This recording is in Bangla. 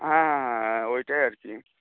হ্যাঁ হ্যাঁ হ্যাঁ ওইটাই আর কি